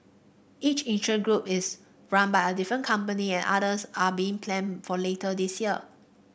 each interest group is run by a different company and others are being planned for later this year